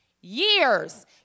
years